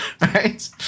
right